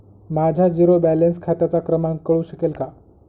माझ्या zero balance खात्याचा क्रमांक कळू शकेल का?